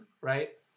right